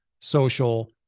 social